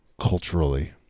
Culturally